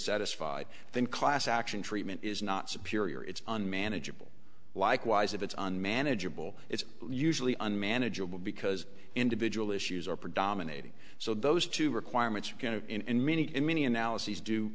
satisfied then class action treatment is not superior it's unmanageable likewise if it's unmanageable it's usually unmanageable because individual issues are predominating so those two requirements are going to in many many analyses do